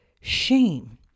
shame